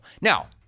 Now